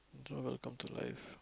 it's all gonna come to life